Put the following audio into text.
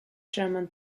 german